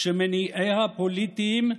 שמניעיה פוליטיים.